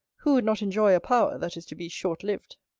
who would not enjoy a power, that is to be short-lived?